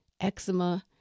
eczema